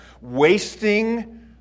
Wasting